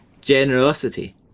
generosity